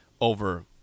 over